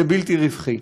לבלתי רווחיים.